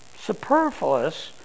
superfluous